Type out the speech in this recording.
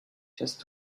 just